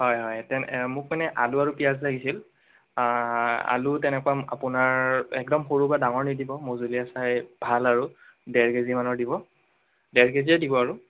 হয় হয় মোক মানে আলু আৰু পিঁয়াজ লাগিছিল আলু তেনেকুৱা আপোনাৰ একদম সৰু বা ডাঙৰ নিদিব মজলীয়া চাই ভাল আৰু ডেৰ কেজি মানৰ দিব ডেৰ কেজিয়েই দিব আৰু